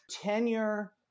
tenure